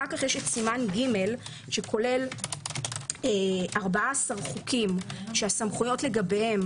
אחר כך יש סימן ג' שכולל 14 חוקים שהסמכויות לגביהם